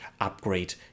upgrade